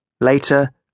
Later